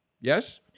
Yes